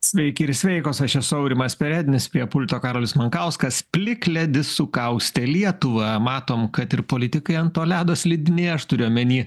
sveiki ir sveikos aš esu aurimas perednis prie pulto karolis mankauskas plikledis sukaustė lietuvą matom kad ir politikai ant to ledo slidinėja aš turiu omeny